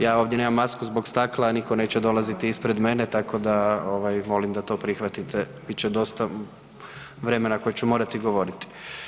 Ja ovdje nemam masku zbog stakla, nitko neće dolaziti ispred mene, tako da ovaj, molim da to prihvatite, bit će dosta vremena koje ću morati govoriti.